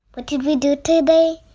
what did we do today?